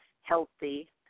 healthy